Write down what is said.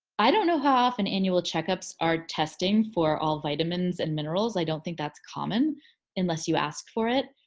i don't know how often annual checkups are testing for all vitamins and minerals. i don't think that's common unless you ask for it.